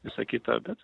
visa kita bet